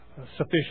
sufficient